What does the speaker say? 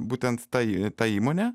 būtent ta ta įmonė